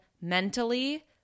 mentally